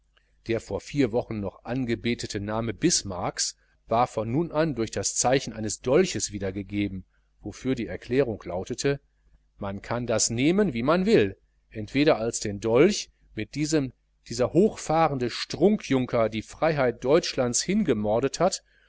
der vor vier wochen noch angebetete name bismarcks war von nun an durch das zeichen eines dolches wiedergegeben wofür die erklärung lautete man kann das nehmen wie man will entweder als den dolch mit dem dieser hochfahrende strunkjunker die freiheit deutschlands hingemordet hat